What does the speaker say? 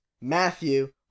matthew